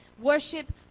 Worship